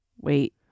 Wait